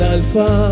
Alpha